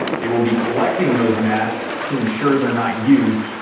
they will be collecting those masks to ensure they're not used.